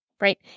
Right